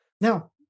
Now